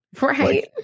right